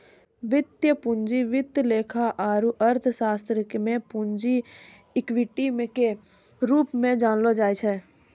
वित्तीय पूंजी वित्त लेखा आरू अर्थशास्त्र मे पूंजी इक्विटी के रूप मे जानलो जाय छै